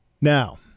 now